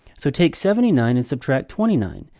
so take seventy nine and subtract twenty nine.